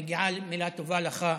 מגיעה מילה טובה לך,